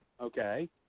Okay